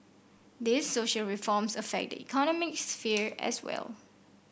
these social reforms affect the economic sphere as well